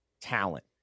talent